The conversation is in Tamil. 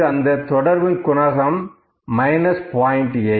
இங்கு அந்த தொடர்பின் குணகம் மைனஸ் 0